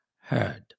heard